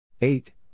Eight